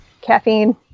Caffeine